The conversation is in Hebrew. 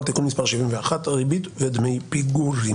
(תיקון מס' 71) (ריבית ודמי פיגורים),